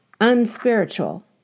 unspiritual